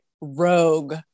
Rogue